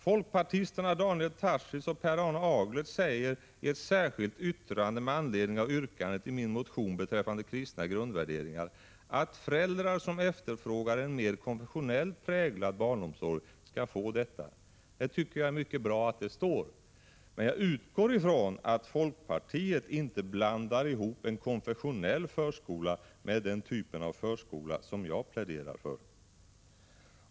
Folkpartisterna Daniel Tarschys och Per Arne Aglert säger i ett särskilt yttrande med anledning av yrkandet i min motion beträffande kristna grundvärderingar att föräldrar som efterfrågar en mer konfessionellt präglad barnomsorg, skall få en sådan. Jag tycker att det är mycket bra att det står skrivet, men jag utgår ifrån att folkpartiet inte blandar ihop en konfessionell förskola med den typ av förskola som jag pläderar för.